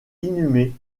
inhumés